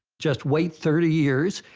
just wait thirty years,